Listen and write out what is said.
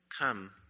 Come